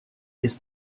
ist